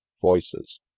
voices